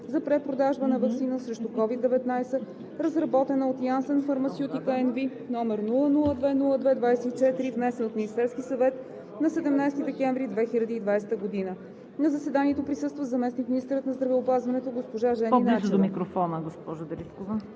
за препродажба на ваксина срещу COVID-19, разработена от Janssen Pharmaceutica NV, № 002-02-24, внесен от Министерския съвет на 17 декември 2020 г. На заседанието присъства заместник-министърът на здравеопазването госпожа Жени Начева.